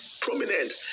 prominent